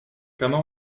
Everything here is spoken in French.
comment